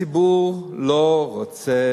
הציבור לא רוצה